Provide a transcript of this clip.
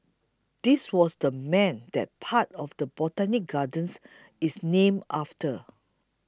this was the man that part of the Botanic Gardens is named after